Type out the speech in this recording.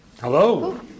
Hello